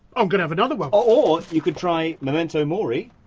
i'm gonna have another one. or you could try memento mori?